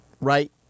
right